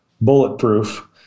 bulletproof